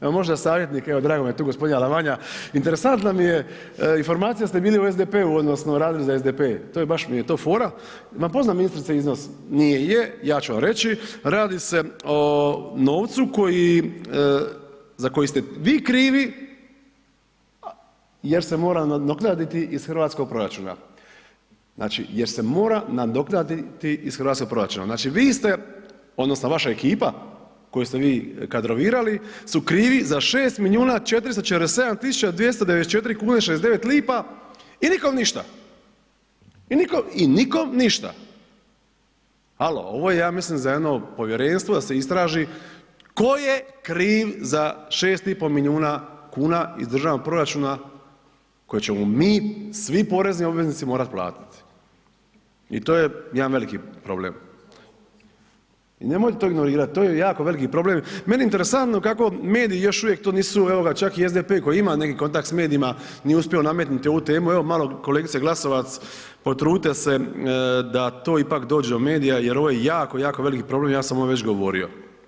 Evo možda savjetnik, evo drago mi je, tu je g. Alavanja, interesantna mi je informacija da ste bili u SDP-u odnosno radili za SDP, to je, baš mi je to fora, jel vam poznat ministrice iznos, nije je, ja ću vam reći, radi se o novcu koji, za koji ste vi krivi jer se mora nadoknaditi iz hrvatskog proračuna, znači jer se mora nadoknaditi iz hrvatskog proračuna, znači vi ste odnosno vaša ekipa koju ste vi kadrovirali su krivi za 6.447.294,69 kn i nikom ništa i nikom ništa, alo ovo je ja mislim za jedno povjerenstvo da se istraži tko je kriv za 6,5 milijuna kuna iz državnog proračuna koje ćemo mi svi porezni obveznici morat platiti i to je jedan veliki problem i nemojte to ignorirat, to je jako veliki problem, meni je interesantno kako mediji još uvijek to nisu, evo ga čak i SDP koji ima neki kontakt s medijima nije uspio nametnuti ovu temu, evo malo kolegice Glasovac potrudite se da to ipak dođe do medija jer ovo je jako, jako veliki problem, ja sam ovo već govorio.